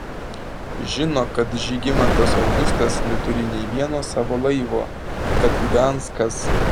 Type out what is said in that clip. žino kad žygimantas augustas neturi nė vieno savo laivo kad gdanskas